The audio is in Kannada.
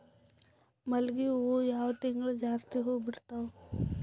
ಮಲ್ಲಿಗಿ ಹೂವು ಯಾವ ತಿಂಗಳು ಜಾಸ್ತಿ ಹೂವು ಬಿಡ್ತಾವು?